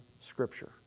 Scripture